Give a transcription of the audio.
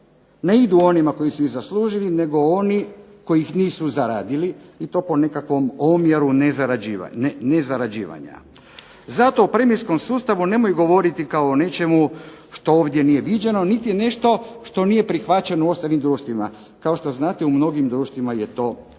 ne idu onima koji su zaslužili nego oni kojih nisu zaradili i to po nekakvom omjeru nezarađivanja. Zato u premijskom sustavu nemoj govoriti kao o nečemu što ovdje nije viđeno niti nešto što nije prihvaćeno u ostalim društvima. Kao što znate u mnogim društvima je to itekako